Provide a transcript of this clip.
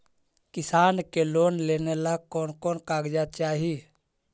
किसान के लोन लेने ला कोन कोन कागजात चाही?